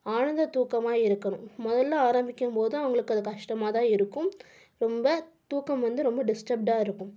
ஆழ்ந்த தூக்கமாக இருக்கணும் முதல்ல ஆரம்பிக்கும்போது அவங்களுக்கு அது கஷ்டமாக தான் இருக்கும் ரொம்ப தூக்கம் வந்து ரொம்ப டிஸ்டர்ப்டாக இருக்கும்